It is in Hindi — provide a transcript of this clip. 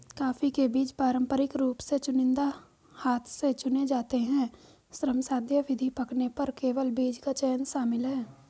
कॉफ़ी के बीज पारंपरिक रूप से चुनिंदा हाथ से चुने जाते हैं, श्रमसाध्य विधि, पकने पर केवल बीज का चयन शामिल है